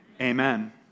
Amen